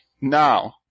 Now